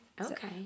Okay